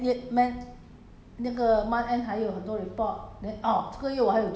a lot of question a lot of err err problem then year mend